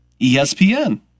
ESPN